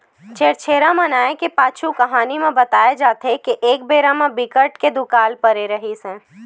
छेरछेरा मनाए के पाछू कहानी म बताए जाथे के एक बेरा म बिकट के दुकाल परे रिहिस हे